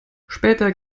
später